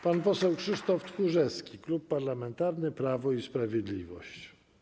Pan poseł Krzysztof Tchórzewski, Klub Parlamentarny Prawo i Sprawiedliwość.